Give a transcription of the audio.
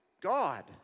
God